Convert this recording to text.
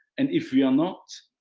and if we are not